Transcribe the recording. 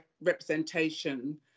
representation